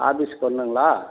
ஆபீஸ்க்கு வரணுங்களா